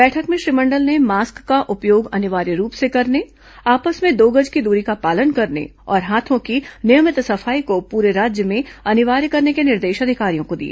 बैठक में श्री मण्डल ने मास्क का उपयोग अनिवार्य रूप से करने आपस में दो गज की दूरी का पालन करने और हाथों की नियमित सफाई को पूरे राज्य में अनिवार्य करने के निर्देश अधिकारियों को दिए